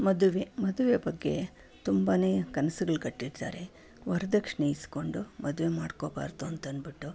ಮದುವೆ ಮದುವೆ ಬಗ್ಗೆ ತುಂಬನೇ ಕನಸುಗಳು ಕಟ್ಟಿರ್ತಾರೆ ವರದಕ್ಷಿಣೆ ಈಸ್ಕೊಂಡು ಮದುವೆ ಮಾಡ್ಕೊಳ್ಬಾರ್ದು ಅಂತಂದ್ಬಿಟ್ಟು